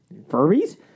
Furbies